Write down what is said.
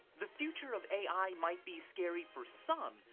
the future of a i. might be scary for some,